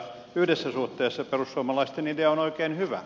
yhdessä suhteessa perussuomalaisten idea on oikein hyvä